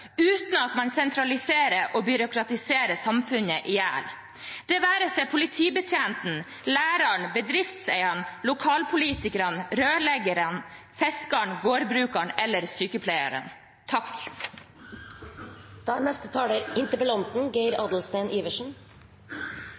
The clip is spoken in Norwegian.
uten at man sentraliserer og byråkratiserer samfunnet i hjel – det være seg politibetjenten, læreren, bedriftseieren, lokalpolitikeren, rørleggeren, fiskeren, gårdbrukeren eller sykepleieren. Det er